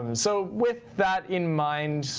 um so with that in mind,